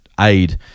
aid